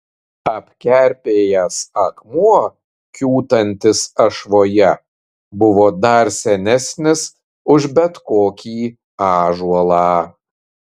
apkerpėjęs akmuo kiūtantis ašvoje buvo dar senesnis už bet kokį ąžuolą